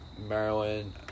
Maryland